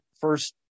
first